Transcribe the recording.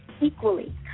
equally